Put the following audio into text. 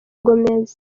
gomez